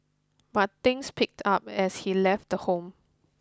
but things picked up as he left the home